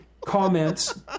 comments